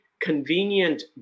convenient